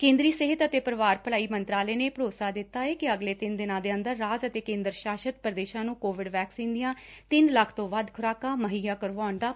ਕੇਂਦਰੀ ਸਿਹਤ ਅਤੇ ਪਰਿਵਾਰ ਭਲਾਈ ਮੰਤਰਾਲੇ ਨੇ ਭਰੋਸਾ ਦਿੱਤਾ ਏ ਕਿ ਅਗਲੇ ਤਿੰਨ ਦਿਨਾਂ ਦੇ ਅੰਦਰ ਰਾਜ ਅਤੇ ਕੇਂਦਰ ਸ਼ਾਸਤ ਪ੍ਰਦੇਸ਼ਾਂ ਨੂੰ ਕੋਵਿਡ ਵੈਕਸੀਨ ਦੀਆਂ ਤਿੰਨ ਲੱਖ ਤੋਂ ਵੱਧ ਖੁਰਾਕਾਂ ਮੁਹੱਈਆ ਕਰਵਾਈਆਂ ਜਾਣਗੀਆਂ